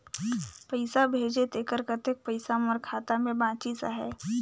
पइसा भेजे तेकर कतेक पइसा मोर खाता मे बाचिस आहाय?